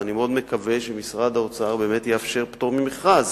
אני מאוד מקווה שמשרד האוצר באמת יאפשר פטור ממכרז,